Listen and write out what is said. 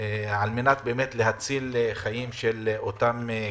על מנת להציל את החיים שלהם.